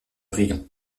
rions